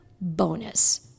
bonus